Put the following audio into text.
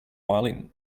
violin